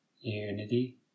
unity